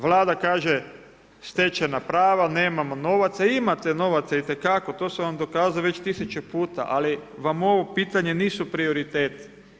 Vlada kaže stečajna prava, nemamo novaca, imate novaca itekako, to sam vam dokazao već tisuću puta ali vam ovo pitanje nisu prioriteti.